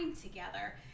together